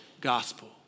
gospel